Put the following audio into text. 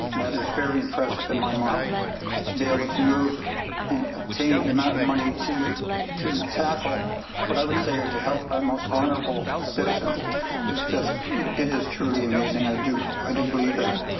that is very impressive in my mind to be able to and attain the amount of money to to tackle what i would say are to help our most vulnerable citizens is just it is truly amazing. i do i do believe that.